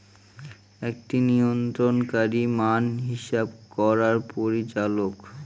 একটি নিয়ন্ত্রণকারী মান হিসাব করার পরিচালক